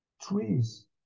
trees